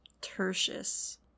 Tertius